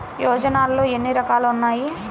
యోజనలో ఏన్ని రకాలు ఉన్నాయి?